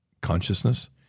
consciousness